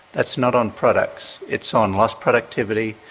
that's not on products, it's on lost productivity,